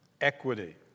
equity